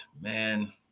man